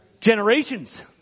Generations